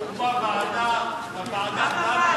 הוקמה ועדה,